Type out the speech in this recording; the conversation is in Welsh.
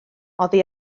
oddi